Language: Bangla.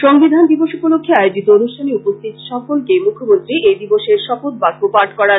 সংবিধান দিবস উপলক্ষে আয়োজিত অনুষ্ঠানে উপস্থিত সকলকে মুখ্যমন্ত্রী এই দিবসের শপথ বাক্য পাঠ করান